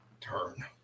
Turn